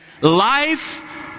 life